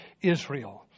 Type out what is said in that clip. Israel